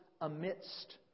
amidst